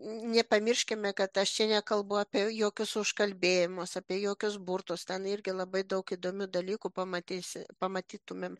nepamirškime kad aš čia nekalbu apie jokius užkalbėjimus apie jokius burtus ten irgi labai daug įdomių dalykų pamatysi pamatytumėm